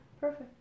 Perfect